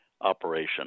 operation